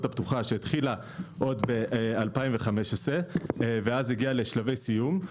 הפתוחה שהתחילה ב-2015 והגיעה לשלבי סיום.